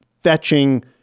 Fetching